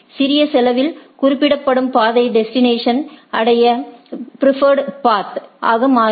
சிறிய செலவில் குறிப்பிடப்படும் பாதை டெஸ்டினேஷனை அடைய பிாிஃபா்டு பாத் ஆக மாறும்